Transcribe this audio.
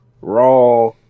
Raw